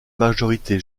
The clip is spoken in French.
majorité